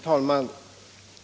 Herr talman!